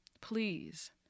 please